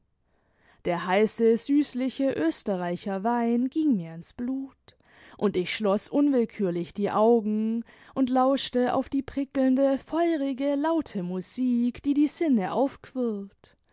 der heiße süßliche österreicher wein ging mir ins blut und ich schloß unwillkürlich die augen und lauschte auf die prickelnde feurige laute musik die die sinne aufquirlt